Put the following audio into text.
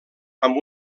amb